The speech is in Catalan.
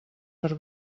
per